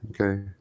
Okay